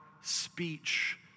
speech